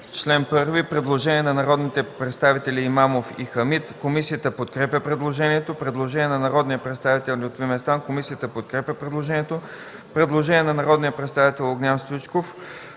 чл. 1 – предложение на народните представители Имамов и Хамид. Комисията подкрепя предложението. Предложение на народния представител Лютви Местан. Комисията подкрепя предложението. Предложение на народния представител Огнян Стоичков.